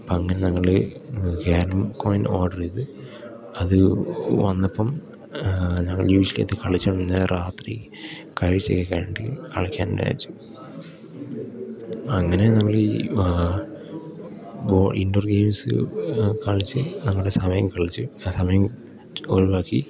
അപ്പം അങ്ങനെ ഞങ്ങൾ ക്യാരം കോയിൻ ഓർഡർ ചെയ്ത് അത് വന്നപ്പം ഞങ്ങൾ യൂഷ്വലി അത് കളിച്ചോണ്ടിരുന്നത് രാത്രി കഴിച്ച് ഒക്കെ കഴിഞ്ഞിട്ട് കളിക്കാം എന്ന് വിചാരിച്ചു അങ്ങനെ നമ്മളീ വാ ബോ ഇൻഡോർ ഗെയിംസ് കളിച്ച് നമ്മുടെ സമയം കളിച്ച് ആ സമയം ഒഴിവാക്കി